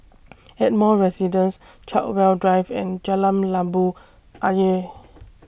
Ardmore Residence Chartwell Drive and Jalan Labu Ayer